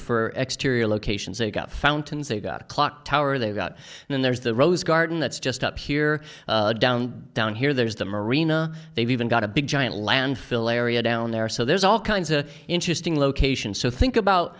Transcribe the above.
exterior locations they've got fountains they've got a clock tower they've got in there's the rose garden that's just up here down down here there's the marina they've even got a big giant landfill area down there so there's all kinds of interesting locations so think about